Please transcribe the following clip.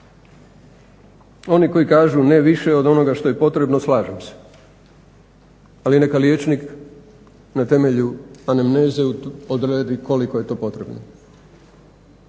oni koji kažu ne više od onoga što je potrebno slažem se. Ali neka liječnik na temelju anamneze odredi koliko je to potrebno.